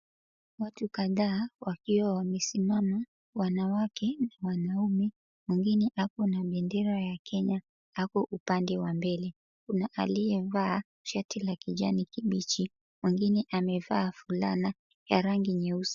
Watu kadhaa wakiwa wamesimama na wanawake wanaume wengine wako na bendera ya Kenya hapo upande wa mbele. Kuna aliyevaa shati la kijani kibichi, mwingine amevaa fulana ya rangi nyeusi.